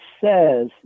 says